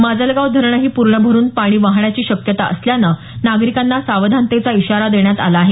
माजलगाव धरणही पूर्ण भरुन पाणी वाहण्याची शक्यता असल्यानं नागरीकांना सावधानतेचा इशारा देण्यात आला आहे